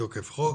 מתוקף חוק?